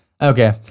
Okay